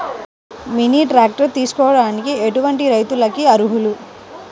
Mini tractor తీసుకోవడానికి ఎటువంటి రైతులకి అర్హులు?